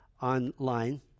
online